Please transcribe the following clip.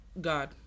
God